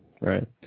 right